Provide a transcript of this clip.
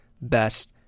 best